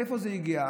מאיפה זה הגיע,